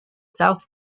south